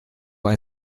ein